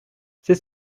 c’est